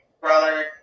brother